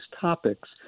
topics